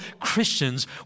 Christians